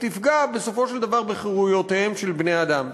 תפגע בסופו של דבר בחירויותיהם של בני-אדם.